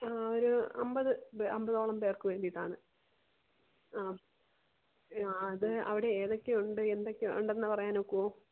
ഒരു അമ്പത് ഒരു അമ്പതോളം പേര്ക്ക് വേണ്ടിയിട്ടാണ് ആ അത് അവിടെ ഏതൊക്കെയുണ്ട് എന്തൊക്കെയുണ്ടെന്ന് പറയാന് ഒക്കുമോ